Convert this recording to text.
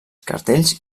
cartells